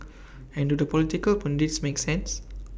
and do the political pundits make sense